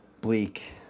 bleak